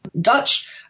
Dutch